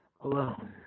alone